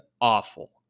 awful